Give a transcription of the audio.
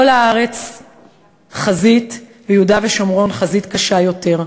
כל הארץ חזית, ויהודה ושומרון חזית קשה יותר.